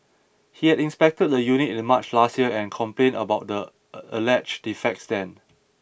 he had inspected the unit in March last year and complained about the alleged defects then